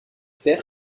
paire